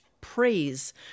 praise